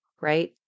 right